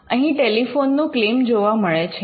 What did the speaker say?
અહીં ટેલિફોનનો ક્લેમ જોવા મળે છે